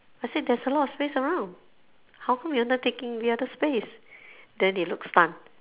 I said there's a lot of space around how come you are not taking the other space then they look stunned